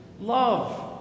love